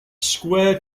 square